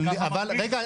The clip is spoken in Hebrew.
אבל --- אני --- רגע,